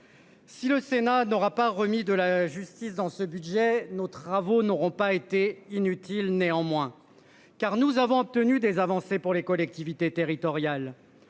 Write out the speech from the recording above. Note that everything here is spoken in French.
Si le Sénat n'aura pas remis de la justice dans ce budget nos travaux n'auront pas été inutile. Néanmoins, car nous avons obtenu des avancées pour les collectivités territoriales.